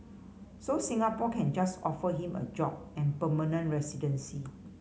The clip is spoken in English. so Singapore can just offer him a job and permanent residency